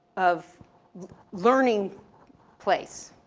of learning place,